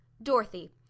Dorothy